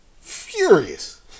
furious